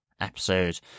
episode